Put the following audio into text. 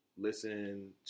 listen